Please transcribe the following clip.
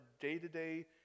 day-to-day